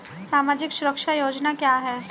सामाजिक सुरक्षा योजना क्या है?